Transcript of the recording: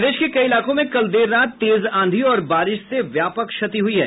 प्रदेश के कई इलाकों में कल देर रात तेज आंधी और बारिश से व्यापक क्षति हुई है